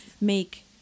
make